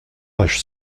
page